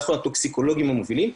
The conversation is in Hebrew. אנחנו הטוקסיקולוגים המובילים,